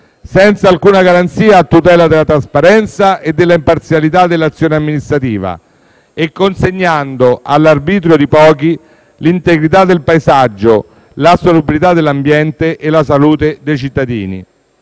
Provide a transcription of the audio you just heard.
senza alcuna garanzia a tutela della trasparenza e dell'imparzialità dell'azione amministrativa e consegnando all'arbitrio di pochi l'integrità del paesaggio, la salubrità dell'ambiente e la salute dei cittadini.